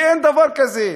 כי אין דבר כזה.